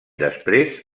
després